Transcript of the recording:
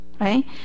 Right